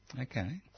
Okay